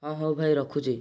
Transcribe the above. ହଁ ହଉ ଭାଇ ରଖୁଛି